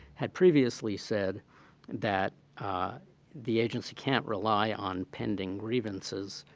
had previously said that the agency can't rely on pending grievances,